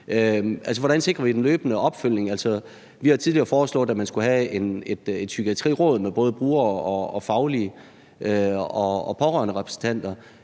hvordan sikrer vi den løbende opfølgning? Vi har tidligere foreslået, at man skulle have et psykiatriråd med både brugere og fagpersoner og pårørenderepræsentanter,